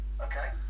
Okay